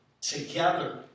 Together